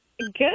Good